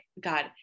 God